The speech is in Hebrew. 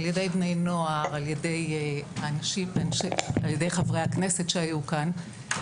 על ידי בני נוער, על ידי חברי הכנסת שהיו כאן,